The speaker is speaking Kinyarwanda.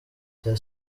cya